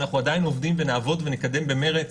ואנחנו עדיין עובדים ונעבוד ונקדם במרץ,